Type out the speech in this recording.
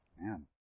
Man